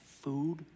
food